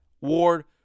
Ward